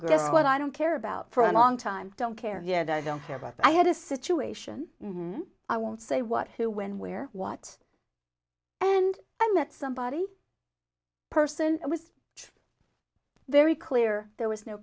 what i don't care about for a long time don't care yet i don't care but i had a situation i won't say what who when where what and i met somebody person was very clear there was no